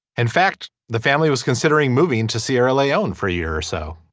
in fact the family was considering moving to sierra leone for a year or so.